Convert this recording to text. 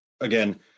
again